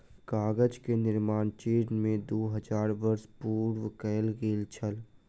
कागज के निर्माण चीन में दू हजार वर्ष पूर्व कएल गेल छल